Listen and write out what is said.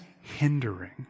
hindering